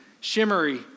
shimmery